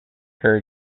her